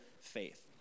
faith